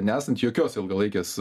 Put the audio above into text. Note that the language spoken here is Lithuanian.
nesant jokios ilgalaikės